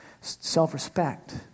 self-respect